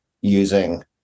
using